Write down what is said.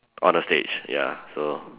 on the stage ya so